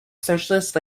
socialist